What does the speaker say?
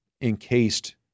encased